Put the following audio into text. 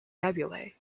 nebulae